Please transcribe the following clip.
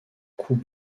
coups